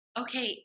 okay